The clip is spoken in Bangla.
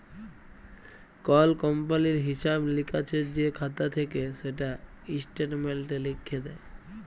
কল কমপালির হিঁসাব লিকাসের যে খাতা থ্যাকে সেটা ইস্ট্যাটমেল্টে লিখ্যে দেয়